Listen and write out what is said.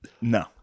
No